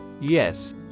Yes